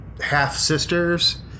half-sisters